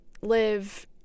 live